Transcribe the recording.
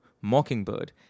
Mockingbird